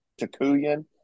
Takuyan